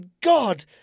God